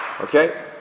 Okay